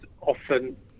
often